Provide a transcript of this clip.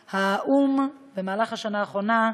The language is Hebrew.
האו"ם, במהלך השנה האחרונה,